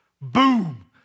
Boom